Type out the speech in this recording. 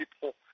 people